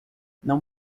não